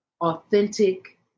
authentic